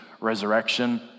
resurrection